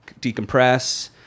decompress